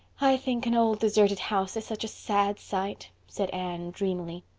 i think an old, deserted house is such a sad sight, said anne dreamily.